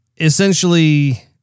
essentially